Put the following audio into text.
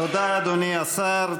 תודה, אדוני השר.